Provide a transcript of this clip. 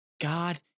God